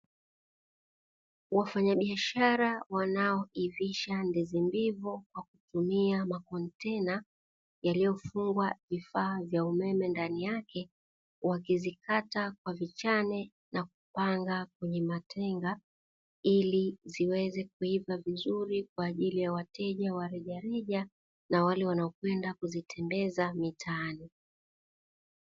Wafanyabiashara wanaoivisha ndizi mbivu kwa kutumia makontena yaliyofungwa vifaa vya umeme ndani yake, wakizikata kwa vichane nakupanga kwenye matenga ili ziweze kuiva vizuri kwa ajili ya wateja wa rejareja na wale wanaokwenda kuzitembeza mtaani.